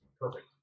perfect